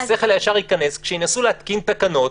השכל הישר ייכנס כשינסו להתקין תקנות,